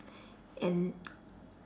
and